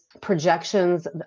projections